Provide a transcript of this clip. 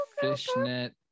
fishnet